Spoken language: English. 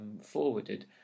forwarded